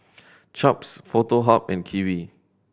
Chaps Foto Hub and Kiwi